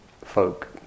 folk